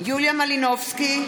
יוליה מלינובסקי,